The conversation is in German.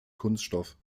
kunststoff